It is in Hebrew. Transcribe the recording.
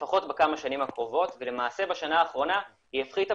לפחות בכמה שנים הקרובות ולמעשה בשנה האחרונה היא הפחיתה